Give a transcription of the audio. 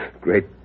Great